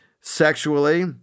sexually